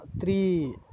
Three